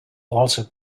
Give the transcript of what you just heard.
also